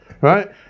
right